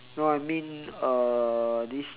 no I mean uh this